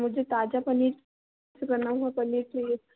मुझे ताज़ा पनीर से बना हुआ पनीर चाहिए था